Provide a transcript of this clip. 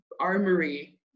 armory